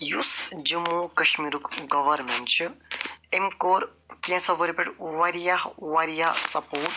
یُس جموں کشمیٖرُک گورمٮ۪نٛٹ چھُ أمۍ کوٚر کیٚنٛژو ؤرۍیو پٮ۪ٹھ واریاہ واریاہ سپورٹ